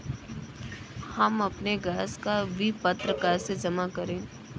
हम अपने गैस का विपत्र कैसे जमा करें?